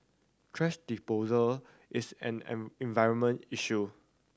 thrash disposal is an an environment issue